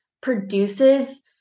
produces